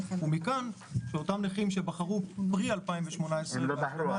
ומכאן שאותם נכים שבחרו פרה-2018 --- הם לא בחרו,